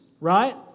right